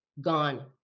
gone